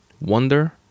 Wonder